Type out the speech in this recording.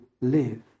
live